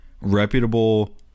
reputable